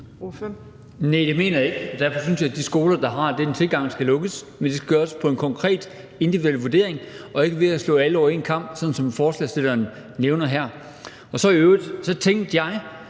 Nej, det mener jeg ikke. Derfor synes jeg, at de skoler, der har den tilgang, skal lukkes, men det skal gøres ud fra en konkret individuel vurdering og ikke ved at skære alle over en kam, sådan som forslagsstilleren nævner det her. Og så tænkte jeg